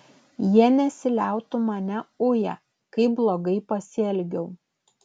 jie nesiliautų mane uję kaip blogai pasielgiau